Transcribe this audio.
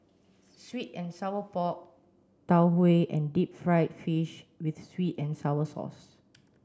sweet and sour pork tau Huay and deep fried fish with sweet and sour sauce